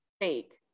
fake